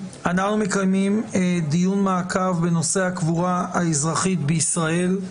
אנחנו מקיימים דיון מעקב בנושא הקבורה האזרחית בישראל.